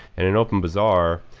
and in openbazaar,